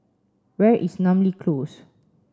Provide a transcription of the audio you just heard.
where is Namly Close